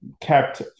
kept